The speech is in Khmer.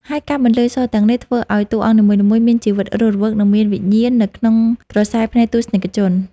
ហើយការបន្លឺសូរទាំងនេះ ធ្វើឱ្យតួអង្គនីមួយៗមានជីវិតរស់រវើក និងមានវិញ្ញាណនៅក្នុងក្រសែភ្នែកទស្សនិកជន។